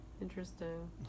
Interesting